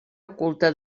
oculta